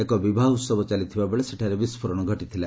ଏକ ବିବାହ ଉତ୍ସବ ଚାଲିଥିବାବେଳେ ସେଠାରେ ବିସ୍ଫୋରଣ ଘଟିଥିଲା